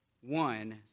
one